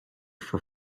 for